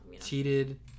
Cheated